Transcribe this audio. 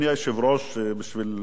בשביל להסיר את הספקות,